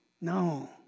No